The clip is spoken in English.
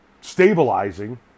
stabilizing